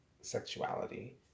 sexuality